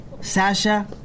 Sasha